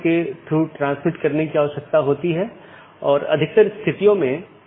यह हर BGP कार्यान्वयन के लिए आवश्यक नहीं है कि इस प्रकार की विशेषता को पहचानें